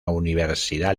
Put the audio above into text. universidad